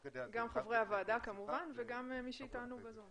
כדי אז --- גם חברי הוועדה כמובן וגם מי שאיתנו בזום,